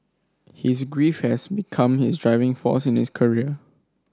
his grief had become his driving force in his career